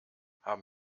haben